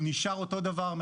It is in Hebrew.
הוא נשאר אותו דבר,